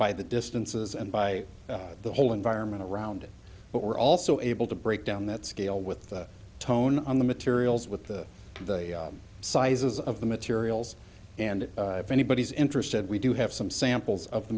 by the distances and by the whole environment around it but we're also able to break down that scale with the tone on the materials with the sizes of the materials and if anybody's interested we do have some samples of the